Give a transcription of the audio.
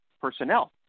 personnel